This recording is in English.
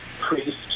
priest